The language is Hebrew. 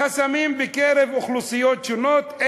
חסמים בקרב אוכלוסיות שונות,